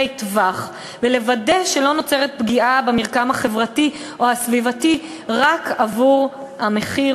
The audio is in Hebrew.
טווח ולוודא שלא נוצרת פגיעה במרקם החברתי או הסביבתי רק עבור המחיר,